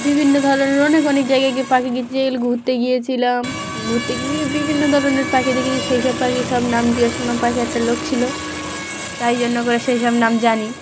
বিভিন্ন ধরনের অনেক অনেক জায়গায় গিয়ে পাখি গিয়ে ঘুরতে গিয়েছিলাম ঘুরতে গিয়ে বিভিন্ন ধরনের পাখি দেখেছি সেই সব পাখির সব নাম জিজ্ঞাসা করলাম পাশে একটা লোক ছিলো তাইজন্য করে সেই সব নাম জানি